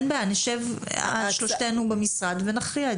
אין בעיה, נשב שלושתנו במשרד ונכריע.